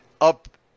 up